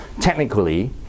technically